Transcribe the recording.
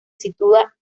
sitúa